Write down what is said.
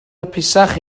hapusach